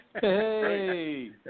Hey